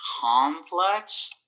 complex